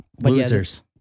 losers